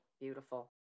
Beautiful